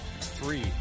three